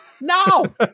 No